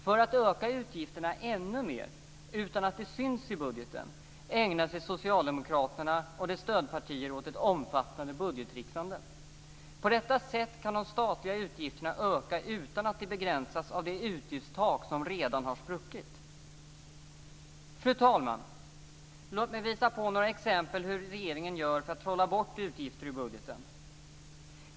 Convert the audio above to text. För att öka utgifterna ännu mer, utan att det syns i budgeten, ägnar sig socialdemokraterna och deras stödpartier åt ett omfattande budgettricksande. På detta sätt kan de statliga utgifterna öka utan att de begränsas av det utgiftstak som redan har spruckit. Fru talman! Låt mig visa några exempel på hur regeringen gör för att trolla bort utgifter ur budgeten.